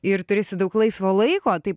ir turėsiu daug laisvo laiko tai